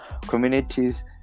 communities